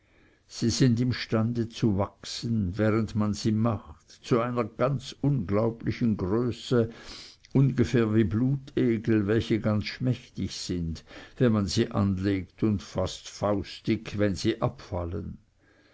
sie sind imstande zu wachsen während man sie macht zu einer ganz unglaublichen größe ungefähr wie blutegel welche ganz schmächtig sind wenn man sie anlegt und fast faustdick wenn sie abfallen